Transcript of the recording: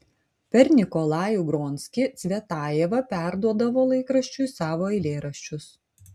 per nikolajų gronskį cvetajeva perduodavo laikraščiui savo eilėraščius